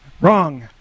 Wrong